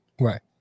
Right